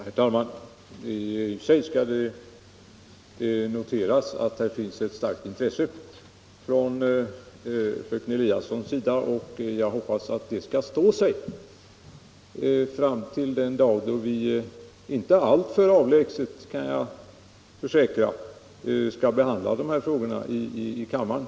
Herr talman! I och för sig skall det noteras att här finns ett starkt intresse uttryckt från fröken Eliassons sida. Jag hoppas att det skall stå sig fram till den dag — inte allt för avlägsen, kan jag försäkra — då vi skall behandla dessa frågor i kammaren.